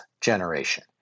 generation